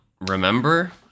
remember